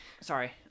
Sorry